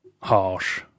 harsh